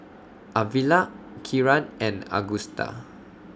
Arvilla Kieran and Agusta